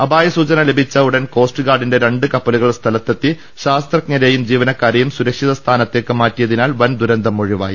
അപായസൂചന ലഭിച്ച ഉടൻ കോസ്റ്റ് ഗാർഡിന്റെ രണ്ട് കപ്പലുകൾ സ്ഥല ത്തെത്തി ശാസ്ത്രജ്ഞരെയും ജീവനക്കാരെയും സുരക്ഷിതസ്ഥാനത്തേക്ക് മാറ്റിയതിനാൽ വൻ ദുരന്തമൊഴിവായി